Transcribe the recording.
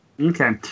Okay